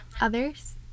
others